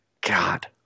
God